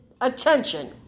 attention